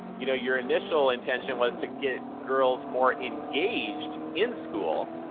you know your initial intention was to get girls more engaged in school.